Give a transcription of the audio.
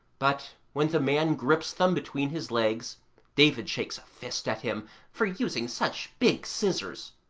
but when the man grips them between his legs david shakes a fist at him for using such big scissors.